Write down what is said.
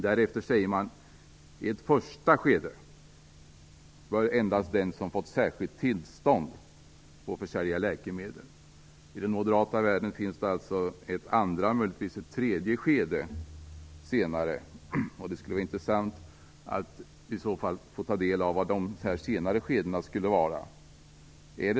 Därefter säger man att endast den som fått särskilt tillstånd i ett första skede bör få försälja läkemedel. I den moderata världen finns det alltså ett andra och möjligtvis ett tredje skede senare, och det skulle vara intressant att få ta del av vad dessa senare skeden skulle innebära.